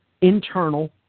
Internal